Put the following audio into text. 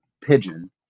pigeon